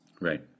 Right